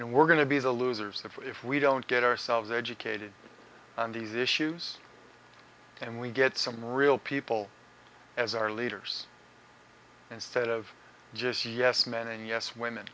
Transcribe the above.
and we're going to be the losers that if we don't get ourselves educated on these issues and we get some real people as our leaders instead of just yes men and yes women